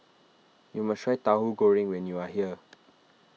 you must try Tahu Goreng when you are here